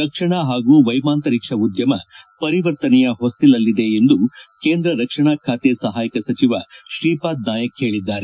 ರಕ್ಷಣಾ ಹಾಗೂ ವೈಮಾಂತರಿಕ್ಷ ಉದ್ಯಮ ಪರಿವರ್ತನೆಯ ಹೊಸ್ತಿಲಲ್ಲಿದೆ ಎಂದು ಕೇಂದ್ರ ರಕ್ಷಣಾ ಖಾತೆ ಸಹಾಯಕ ಸಚಿವ ಶ್ರೀಪಾದ್ ನಾಯಕ್ ಹೇಳದ್ದಾರೆ